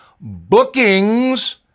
bookings